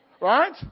Right